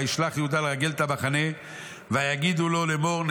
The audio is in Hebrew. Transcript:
וישלח יהודה לרגל את המחנה ויגידו לו לאמור: